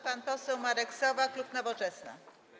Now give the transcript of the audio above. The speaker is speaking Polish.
Pan poseł Marek Sowa, klub Nowoczesna.